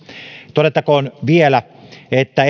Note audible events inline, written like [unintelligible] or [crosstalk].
todettakoon vielä että [unintelligible]